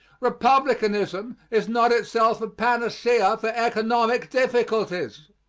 republicanism is not itself a panacea for economic difficulties.